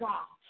God